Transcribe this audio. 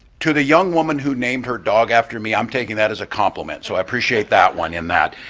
to the young woman who named her dog after me, i'm taking that as a compliment, so i appreciate that one in that.